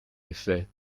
effet